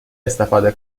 استفاده